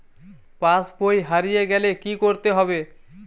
পাশবই হারিয়ে গেলে কি করতে হবে?